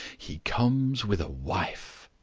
he comes with a wife.